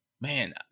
man